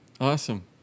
Awesome